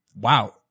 Wow